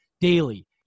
daily